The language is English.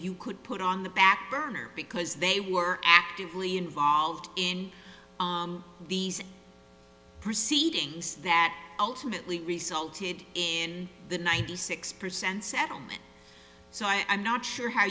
you could put on the back burner because they were actively involved in these proceedings that ultimately resulted in the ninety six percent settlement so i'm not sure how